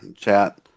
chat